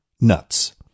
nuts